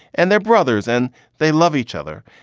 and they're brothers and they love each other.